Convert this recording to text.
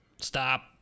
Stop